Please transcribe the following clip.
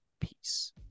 peace